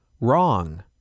Wrong